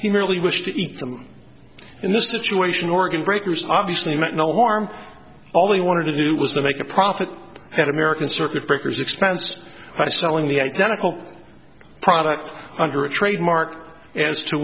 he merely wished to eat them in this situation organ breakers obviously meant no warmth all they wanted to do was to make a profit at american circuit breakers expense by selling the identical product under a trademark as to